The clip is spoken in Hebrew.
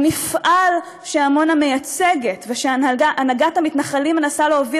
המפעל שעמונה מייצגת ושהנהגת המתנחלים מנסה להוביל